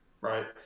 right